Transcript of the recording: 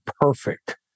perfect